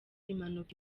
impanuka